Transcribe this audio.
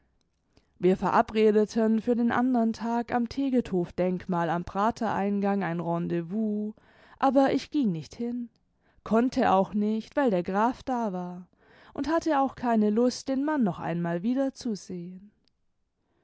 wir verabredeten für den andern tag am tegetthoffdenkmal am praterelnang ein eendezvous aber ich ging nicht hin konnte auch nicht weil der graf da war und hatte auch keine lust den mann noch einmal wiederzusehen